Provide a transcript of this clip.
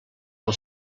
del